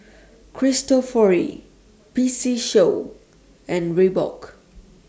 Cristofori P C Show and Reebok